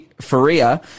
Faria